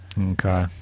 Okay